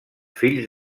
fills